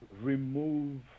remove